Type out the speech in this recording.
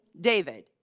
David